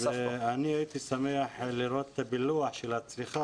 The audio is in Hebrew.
אני הייתי שמח לראות פילוח של צריכת